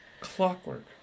clockwork